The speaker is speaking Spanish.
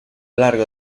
largo